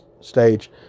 stage